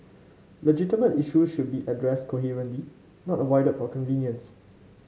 legitimate issues should be addressed coherently not avoided for convenience